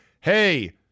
Hey